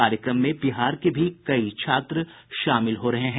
कार्यक्रम में बिहार के भी कई छात्र शामिल हो रहे हैं